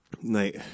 Night